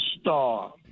star